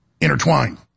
intertwined